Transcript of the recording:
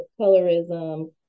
colorism